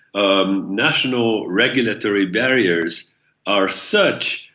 um national regulatory barriers are such,